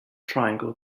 triangle